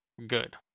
good